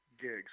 gigs